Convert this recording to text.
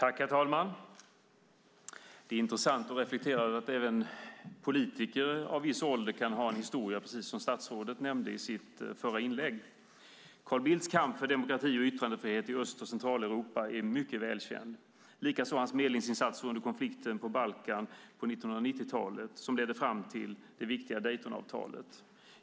Herr talman! Det är intressant att reflektera över att även politiker av viss ålder kan ha en historia, precis som statsrådet nämnde i sitt inlägg. Carl Bildts kamp för demokrati och yttrandefrihet i Öst och Centraleuropa är välkänd, likaså hans medlingsinsatser under konflikten på Balkan på 1990-talet som ledde fram till det viktiga Daytonavtalet.